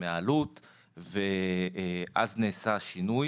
מהעלות ואז נעשה שינוי